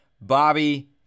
Bobby